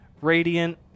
Radiant